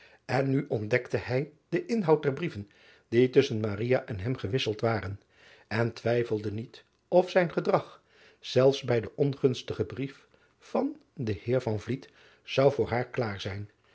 n nu ontdekte hij den inhoud der brieven die tusschen en hem gewisfeld waren en twijfelde niet of zijn gedrag zelfs bij den ongunstigen brief van den eer zou voor haar klaar zijn